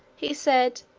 he said,